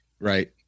right